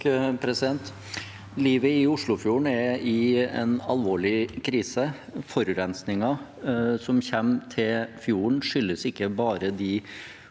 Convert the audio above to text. (SV) Livet i Oslofjord- en er i en alvorlig krise. Forurensningen som kommer til fjorden, skyldes ikke bare de